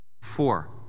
Four